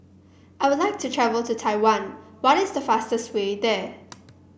I would like to travel to Taiwan what is the fastest way there